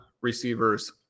receivers